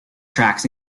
tracks